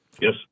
yes